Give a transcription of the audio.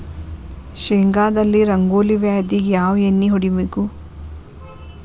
ಶೇಂಗಾದಲ್ಲಿ ರಂಗೋಲಿ ವ್ಯಾಧಿಗೆ ಯಾವ ಎಣ್ಣಿ ಹೊಡಿಬೇಕು?